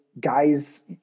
guys